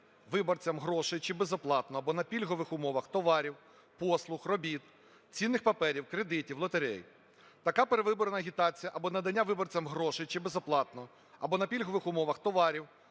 виборцям грошей чи безоплатно або на пільгових умовах товарів, послуг, робіт, цінних паперів, кредитів, лотерей. Така передвиборна агітація або надання виборцям грошей чи безоплатно або на пільгових умовах товарів,